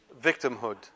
Victimhood